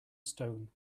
stone